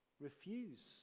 refuse